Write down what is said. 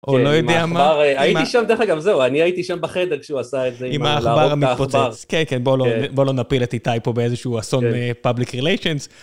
או לא יודע מה... עם העכבר... הייתי שם, דרך אגב, זהו, אני הייתי שם בחדר כשהוא עשה את זה. עם העכבר המתפוצץ. כן כן, בוא לא... בוא לא נפיל את איתי פה באיזשהו אסון פבליק ריליישנס